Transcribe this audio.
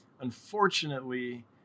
Unfortunately